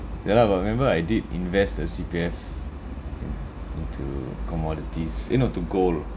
ya lah but remember I did invest the C_P_Fin~ into commodities you know to gold